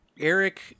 Eric